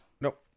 Nope